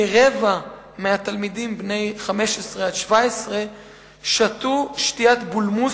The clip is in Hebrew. כרבע מהתלמידים בני 15 17 שתו שתיית בולמוס